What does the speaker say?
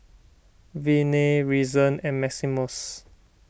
Viney Reason and Maximus